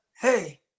Hey